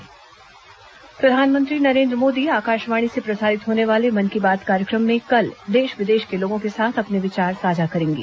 प्रधानमंत्री मन की बात प्रधानमंत्री नरेन्द्र मोदी आकाशवाणी से प्रसारित होने वाले मन की बात कार्यक्रम में कल देश विदेश के लोगों के साथ अपने विचार साझा करेंगे